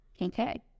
Okay